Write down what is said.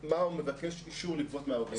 על מה הוא מבקש אישור לגבות מההורים.